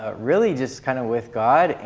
ah really just kind of with god,